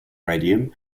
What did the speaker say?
radium